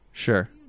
Sure